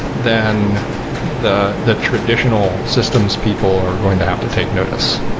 then the the traditional systems people are going to have to take notice.